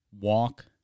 walk